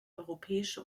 europäische